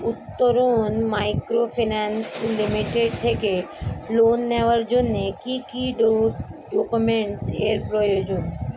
Uttaran microfinance limited থেকে loan নেওয়ার জন্য কি কি ডকুমেন্টস এর প্রয়োজন?